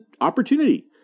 opportunity